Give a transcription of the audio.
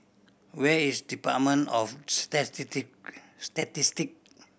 where is Department of Statistic